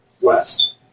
west